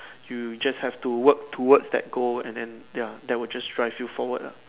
you just have to work towards that goal and then ya that would just drive you forward lah